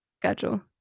schedule